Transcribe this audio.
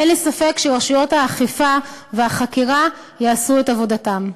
אין לי ספק שרשויות האכיפה והחקירה יעשו את עבודתן.